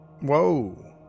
Whoa